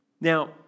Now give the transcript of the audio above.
Now